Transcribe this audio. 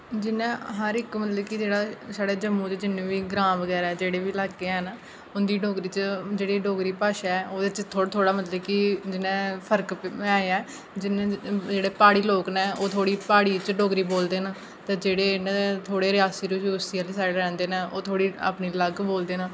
जि'यां हर इक मतलब कि जेह्ड़ा एह् छड़ा जम्मू दे जि'न्ने बी एह् ग्रांऽ बगैरा जेह्ड़े बी इलाके हैन उं'दी डोगरी च जेह्ड़ी डोगरी भाशा ऐ ओह्दे च थोह्ड़ा थोह्ड़ा मतलब कि जि'यां फर्क ऐ जि'यां प्हाड़ी लोक न ओह् थोह्ड़ी प्हाड़ी च डोगरी बोलदे न ते जेह्ड़े न थोह्ड़े रियासी आह्ली साइड रैहंदे न ओह् थोह्ड़ी अपनी अलग बोलदे न